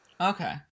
Okay